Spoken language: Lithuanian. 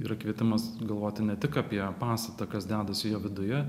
yra kvietimas galvoti ne tik apie pastatą kas dedasi jo viduje